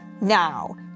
Now